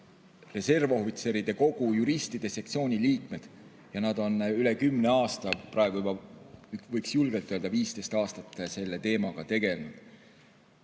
reservohvitseride kogu juristide sektsiooni liikmed ja nad on üle kümne aasta, praegu juba võiks julgelt öelda, et 15 aastat selle teemaga tegelenud.